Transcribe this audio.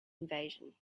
invasion